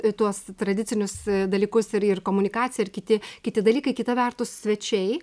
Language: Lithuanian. tuos tradicinius dalykus ir komunikacija ir kiti kiti dalykai kita vertus svečiai